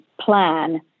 plan